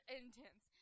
intense